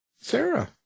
Sarah